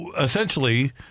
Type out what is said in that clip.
essentially